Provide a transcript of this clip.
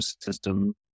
system